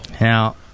Now